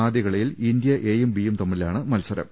ആദ്യകളിയിൽ India A യും B യും തമ്മിലാണ് മത്സരം